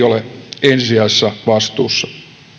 ole ensisijaisessa vastuussa